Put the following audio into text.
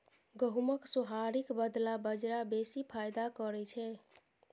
गहुमक सोहारीक बदला बजरा बेसी फायदा करय छै